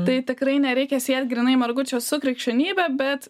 tai tikrai nereikia siet grynai margučio su krikščionybe bet